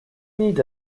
need